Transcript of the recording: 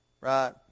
right